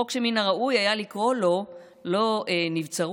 חוק שמן הראוי היה לקרוא לו לא "נבצרות",